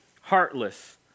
heartless